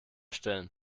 stellen